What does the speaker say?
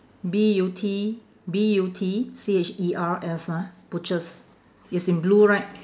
B U T B U T C H E R S ah butchers it's in blue right